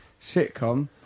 sitcom